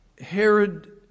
Herod